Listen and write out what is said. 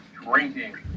Drinking